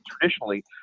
traditionally